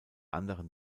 anderen